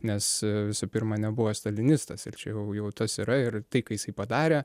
nes visų pirma nebuvo stalinistas ir čia jau jau tas yra ir tai ką jisai padarė